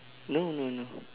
no no no